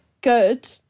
good